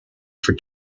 for